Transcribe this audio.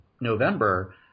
November